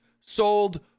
sold